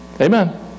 Amen